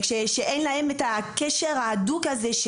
כשאין להם את הקשר האדוק הזה,